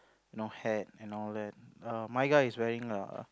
no hat and all that err my guy is wearing a